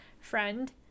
friend